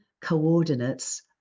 coordinates